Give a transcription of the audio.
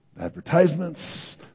Advertisements